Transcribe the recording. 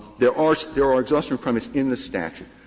there are so there are exhaustion premises in the statute,